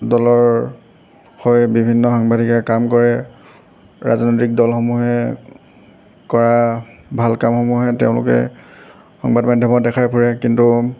দলৰ হৈ বিভিন্ন সাংবাদিকে কাম কৰে ৰাজনৈতিক দলসমূহে কৰা ভাল কামসমূহে তেওঁলোকে সংবাদ মাধ্যমত দেখাই ফুৰে কিন্তু